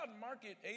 market